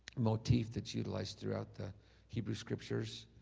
motif that's utilized throughout the hebrew scriptures.